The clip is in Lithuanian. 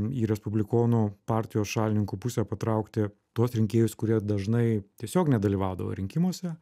į respublikonų partijos šalininkų pusę patraukti tuos rinkėjus kurie dažnai tiesiog nedalyvaudavo rinkimuose